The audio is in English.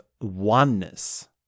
oneness